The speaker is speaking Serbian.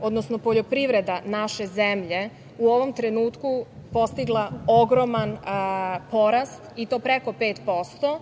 odnosno poljoprivreda naše zemlje u ovom trenutku postigla ogroman porast i to preko 5%.